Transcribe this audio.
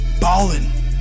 ballin